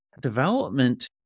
Development